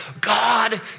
God